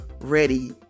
ready